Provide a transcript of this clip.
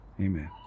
Amen